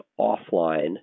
offline